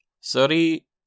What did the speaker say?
Sorry